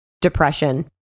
depression